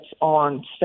on